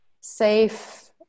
safe